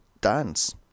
dance